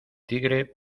tigre